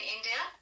India